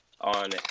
on